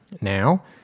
Now